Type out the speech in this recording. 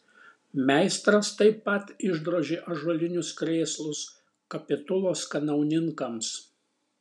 meistras taip pat išdrožė ąžuolinius krėslus kapitulos kanauninkams